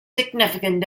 significant